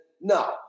no